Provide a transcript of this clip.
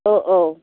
औ औ